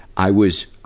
i was,